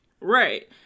right